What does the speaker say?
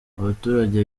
abaturage